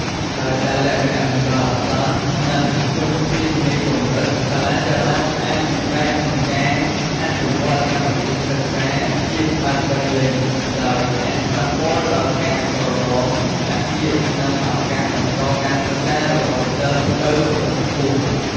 ដោយសារលក្ខណៈបណ្ដោះអាសន្ន និងធនធានមានកម្រិត សាលាចល័តអាចពិបាកក្នុងការអនុវត្តកម្មវិធីសិក្សាជាតិបានពេញលេញ ដែលអាចប៉ះពាល់ដល់ការប្រឡងថ្នាក់ជាតិ និងឱកាសបន្តការសិក្សារបស់សិស្សទៅកម្រិតខ្ពស់។